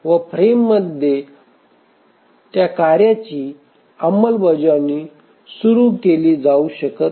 या फ्रेममध्ये तिची अंमलबजावणी सुरू केली जाऊ शकत नाही